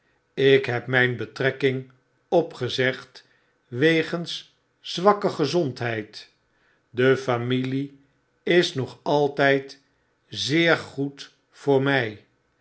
ik heb myn betrekking opgezegd wegens zwakke gezondheid de familie is nog altyd zeer goed voor my